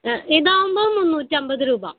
ഇതാവുമ്പോൾ മുന്നൂറ്റമ്പത് രൂപ